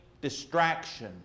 distraction